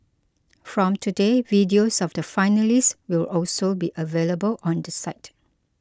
from today videos of the finalists will also be available on the site